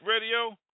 radio